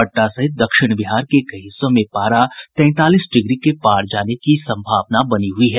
पटना सहित दक्षिण बिहार के कई हिस्सों में पारा तैंतालीस डिग्री के पार जाने की संभावना बनी हुयी है